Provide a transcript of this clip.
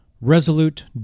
resolute